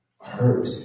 hurt